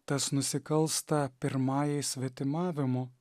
tas nusikalsta pirmajai svetimavimu